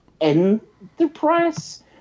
enterprise